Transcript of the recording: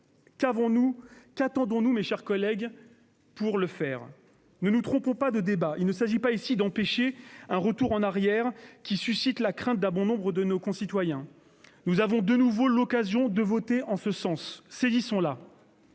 Qu'attendons-nous, mes chers collègues ? Ne nous trompons pas de débat : il s'agit bien ici d'empêcher un retour en arrière qui suscite la crainte d'un bon nombre de nos concitoyens. Nous avons de nouveau l'occasion de voter en ce sens, saisissons-la